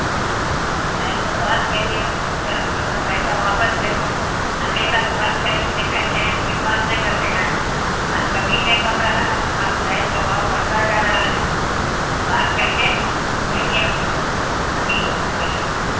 پیسہ بات کریے بات کر کے ہم لوگ کا پیسہ واپس کریے ہمیشہ ایک بات کریں کے لیے کہتے ہیں لیکن بات نہیں کرتے ہیں کبھی نہیں کم رہا ہے گیس کا بھاؤ بڑھتا جا رہا ہے بات کر کے کہیے ہم لوگ کو کمی ہو کرے کے لیے